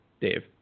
Dave